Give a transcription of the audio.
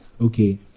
Okay